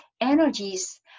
energies